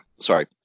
Sorry